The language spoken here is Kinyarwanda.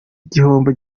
igihombo